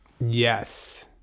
Yes